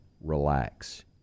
Relax